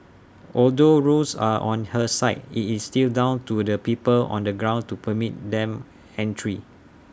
although rules are on her side IT is still down to the people on the ground to permit them entry